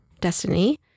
destiny